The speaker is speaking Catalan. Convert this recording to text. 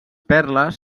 perles